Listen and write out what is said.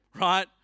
Right